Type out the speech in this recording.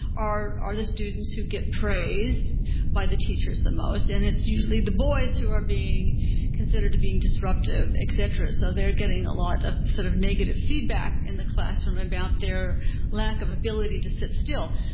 are are the students who get praised by the teachers the most and it's usually the boys who are being considered to being disruptive, etc, so they're getting a lot of sort of negative feedback in the classroom about their lack of ability to sit still.